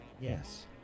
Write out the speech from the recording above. Yes